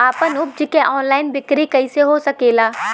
आपन उपज क ऑनलाइन बिक्री कइसे हो सकेला?